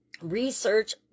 research